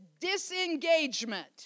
disengagement